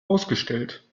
ausgestellt